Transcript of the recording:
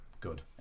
Good